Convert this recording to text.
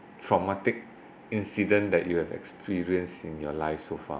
traumatic incident that you have experienced in your life so far